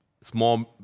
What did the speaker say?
small